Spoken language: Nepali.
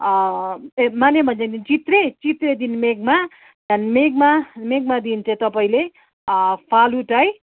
ए माने भन्ज्याङदेखि चित्रे चित्रेदेखि मेघमा त्यहाँदेखि मेघमा मेघमादेखि चाहिँ तपाईँले फालुट है